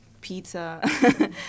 pizza